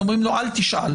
אומרים לו: אל תשאל.